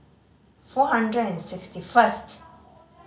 four hundred and sixty first